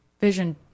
vision